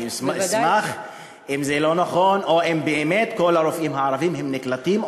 אני אשמח אם זה לא נכון או אם באמת כל הרופאים הערבים נקלטים,